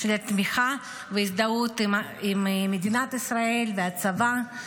של התמיכה וההזדהות עם מדינת ישראל והצבא.